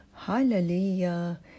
Hallelujah